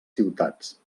ciutats